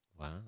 Wow